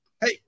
Hey